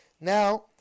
now